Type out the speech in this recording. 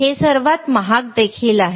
हे सर्वात महाग देखील आहे